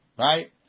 Right